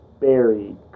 buried